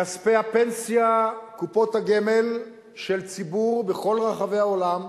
כספי הפנסיה, קופות הגמל של ציבור בכל רחבי העולם,